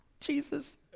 Jesus